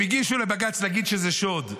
הם הגישו לבג"ץ: נגיד שזה שוד.